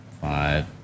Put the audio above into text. five